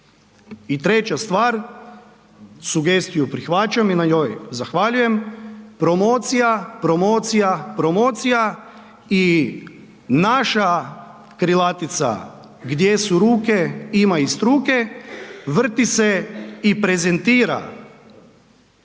I treća stvar, sugestiju prihvaćam i na njoj zahvaljujem. Promocija, promocija, promocija i naša krilatica „Gdje su ruke ima i struke“ vrti se i prezentira